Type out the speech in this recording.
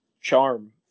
charm